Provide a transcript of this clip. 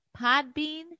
Podbean